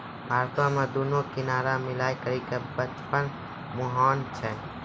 भारतो मे दुनू किनारा मिलाय करि के पचपन मुहाना छै